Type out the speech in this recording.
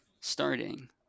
starting